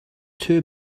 two